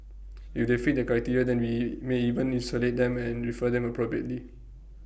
if they fit that criteria then we may even isolate them and refer them appropriately